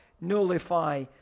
nullify